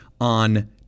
on